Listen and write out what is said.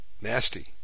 nasty